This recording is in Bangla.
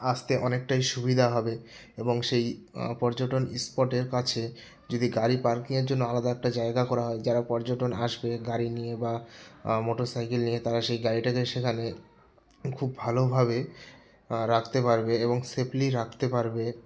আসতে অনেকটাই সুবিধা হবে এবং সেই পর্যটন স্পটের কাছে যদি গাড়ি পার্কিংয়ের জন্য আলাদা একটা জায়গা করা হয় যারা পর্যটন আসবে গাড়ি নিয়ে বা মোটর সাইকেল নিয়ে তারা সেই গাড়িটাকে সেখানে খুব ভালোভাবে রাখতে পারবে এবং সেফলি রাখতে পারবে